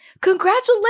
Congratulations